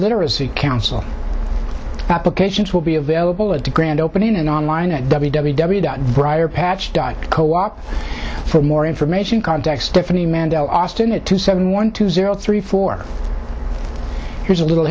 literacy council applications will be available at the grand opening and online at www dot briar patch dot co op for more information contact stephanie mandela austin it to seven one two zero three four here's a little